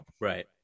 Right